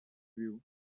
view